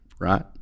right